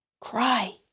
Cry